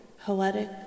poetic